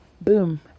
boom